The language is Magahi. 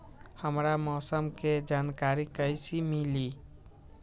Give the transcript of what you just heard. हमरा मौसम के जानकारी कैसी मिली?